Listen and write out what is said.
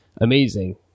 amazing